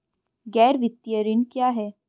गैर वित्तीय ऋण क्या है?